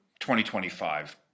2025